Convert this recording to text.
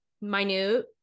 minute